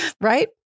right